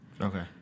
Okay